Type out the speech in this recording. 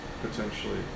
potentially